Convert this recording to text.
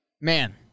Man